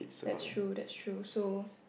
that's true that's true so